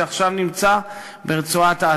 שעכשיו נמצא ברצועת-עזה.